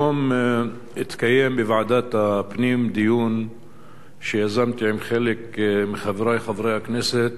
היום התקיים בוועדת הפנים דיון שיזמתי עם חלק מחברי חברי הכנסת,